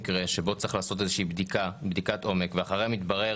לעשות איזו בדיקת עומק, ואחרי זה מתברר